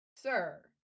Sir